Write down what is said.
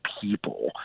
people